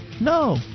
No